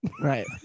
right